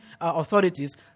authorities